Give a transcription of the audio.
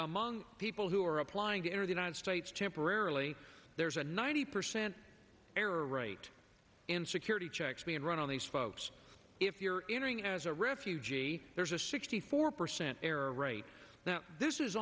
among people who are applying to enter the united states temporarily there's a ninety percent error rate in security checks me and run on these folks if you're interested as a refugee there's a sixty four percent error right now this is